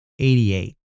88